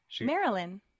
Marilyn